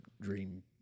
dream